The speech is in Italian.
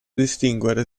distinguere